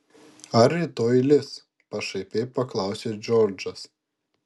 ar rytoj lis pašaipiai paklausė džordžas